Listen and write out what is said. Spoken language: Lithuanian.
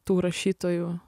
tų rašytojų